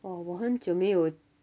oh 我很久没有